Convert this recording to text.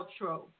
outro